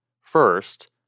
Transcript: First